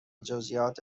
جزئیات